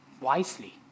wisely